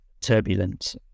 turbulent